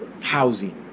housing